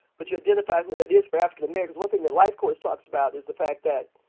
but you identify who that is for african-americans. one thing that life course talks about is the fact that